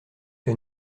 que